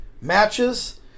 matches